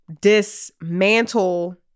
dismantle